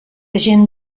gent